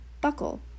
buckle